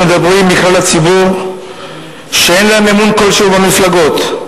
מכלל הציבור אומרים שאין להם אמון כלשהו במפלגות.